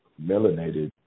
melanated